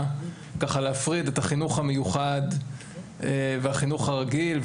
הזאת להפריד את החינוך המיוחד מהחינוך הרגיל,